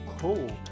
cold